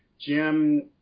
Jim